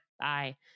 bye